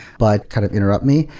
but kind of interrupt me.